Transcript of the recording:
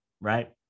right